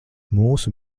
mūsu